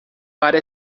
para